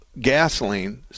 gasoline